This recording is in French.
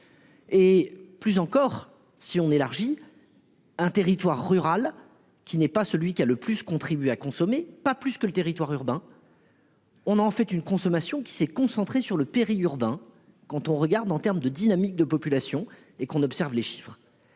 Et plus encore si on élargit. Un territoire rural qui n'est pas celui qui a le plus contribué à consommer, pas plus que le territoire urbain. On en fait une consommation qui s'est concentrée sur le péri-urbain. Quand on regarde en terme de dynamique de population et qu'on observe les chiffres.